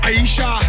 Aisha